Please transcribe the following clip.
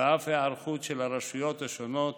ואף היערכות של הרשויות השונות,